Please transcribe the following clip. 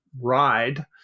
ride